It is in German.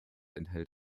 enthält